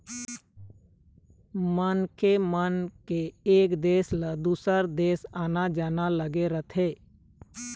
मनखे मन के एक देश ले दुसर देश आना जाना लगे रहिथे